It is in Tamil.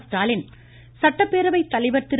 ஸ்டாலின் சட்டப்பேரவை தலைவர் திரு